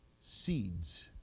seeds